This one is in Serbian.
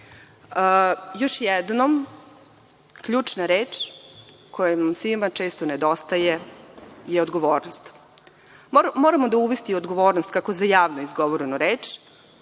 jednom, ključna reč koja nam svima često nedostaje je odgovornost. Moramo uvesti odgovornost kako za javno izgovorenu reč,